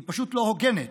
היא פשוט לא הוגנת.